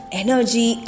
energy